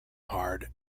hard